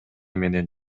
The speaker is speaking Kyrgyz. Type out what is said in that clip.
менен